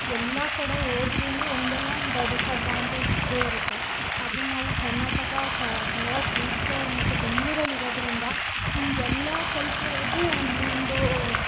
ಎಲ್ಲ ಕಡೆ ಹೋದ್ರುನೂ ಒಂದಲ್ಲ ಒಂದು ಡಿಸ್ಅಡ್ವಾಂಟೇಜ್ ಇದ್ದೇ ಇರುತ್ತೆ ಆದರೆ ನಾವು ಕರ್ನಾಟಕ ಕನ್ನಡ ಕಲ್ಚರ್ ಮತ್ತು ಬೆಂಗ್ಳೂರಲ್ಲಿ ಇರೋದರಿಂದ ನಿಮಗೆಲ್ಲ ಕಲ್ಚರ್ದು ಒಂದೊಂದು